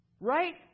Right